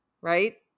right